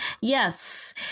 Yes